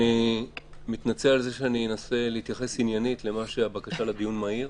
אני מתנצל שאני אנסה להתייחס עניינית לבקשה לדיון מהיר.